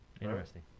Interesting